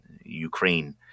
Ukraine